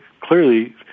clearly